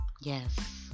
Yes